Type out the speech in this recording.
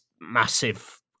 massive